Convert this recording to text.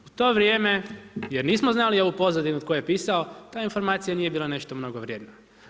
U to vrijeme jer nismo znali ovu pozadinu tko je pisao, ta informacija nije bila nešto mnogo vrijedna.